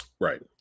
Right